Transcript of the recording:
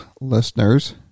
listeners